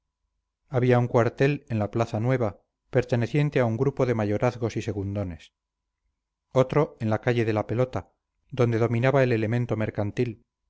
había un cuartel en la plaza nueva perteneciente a un grupo de mayorazgos y segundones otro en la calle de la pelota donde dominaba el elemento mercantil